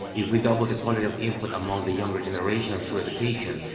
if we double the quality of input among the younger generation through education,